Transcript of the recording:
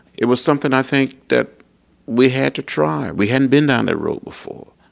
it was something i think that we had to try. we hadn't been down that road before.